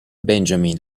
benjamin